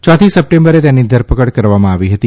ચોથી સપ્ટેમ્બરે તેની ધરપકડ કવામાં આવી હતી